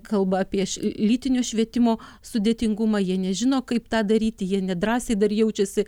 kalba apie lytiniu švietimo sudėtingumą jie nežino kaip tą daryti jie nedrąsiai dar jaučiasi